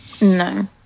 No